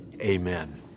Amen